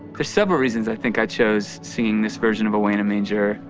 for several reasons i think i chose singing this version of away in a manger.